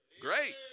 Great